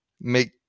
make